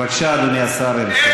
בבקשה, אדוני השר.